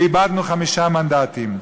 ואיבדנו חמישה מנדטים.